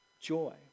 joy